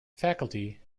faculty